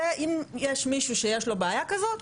אם יש מישהו שיש לו בעיה כזאת,